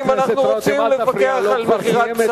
ונראה אם אנחנו רוצים לפקח על מכירת בשר